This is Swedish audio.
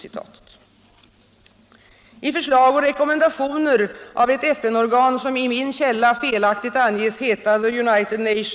I förslag och rekommendationer av ett FN-organ som i min källa felaktigt anges heta the U.